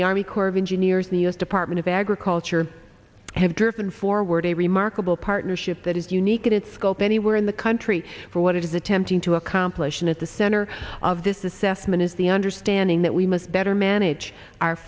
the army corps of engineers the u s department of agriculture have driven forward a remarkable partnership that is unique in its scope anywhere in the country for what it is attempting to accomplish and at the center of this assessment is the understanding that we must better manage our